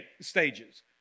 stages